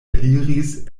eliris